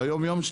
ביום-יום.